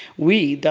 we,